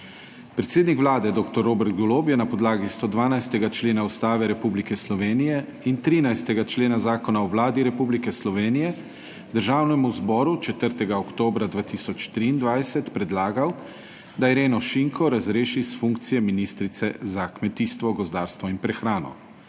Predsednik Vlade, dr. Robert Golob je na podlagi 112. člena Ustave Republike Slovenije in 13. člena Zakona o Vladi Republike Slovenije, Državnemu zboru 4. oktobra 2023 predlagal, da Ireno Šinko razreši **42. TRAK (VI) 16.25** (nadaljevanje) s funkcije ministrice za kmetijstvo, gozdarstvo in prehrano.